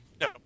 No